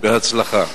בהצלחה.